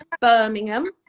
Birmingham